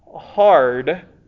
hard